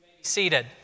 Seated